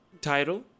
title